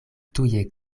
tuje